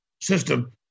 system